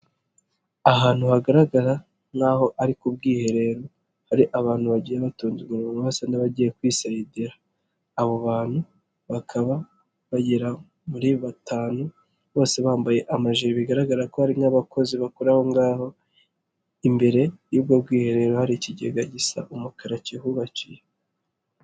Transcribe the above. Ahantu hagaragara nk'aho ari ku bwiherero hari abantu bagiye batonze umurongo basa n'abagiye kwisayidira, abo bantu bakaba bagera muri batanu bose bambaye amajipo bigaragara ko hari nk'abakozi bakora aho ngaho imbere y'ubwo bwiherero hari ikigega gisa umukara kihubakiye.